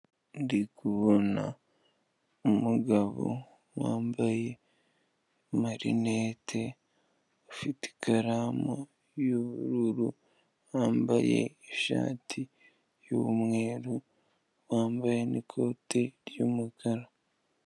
Ndikubona umugabo wambaye amarinete, ufite ikaramu y’ubururu, yambaye ishati y’umweru, yambaye n'ikote ry’umukara.